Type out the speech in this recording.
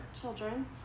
children